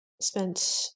spent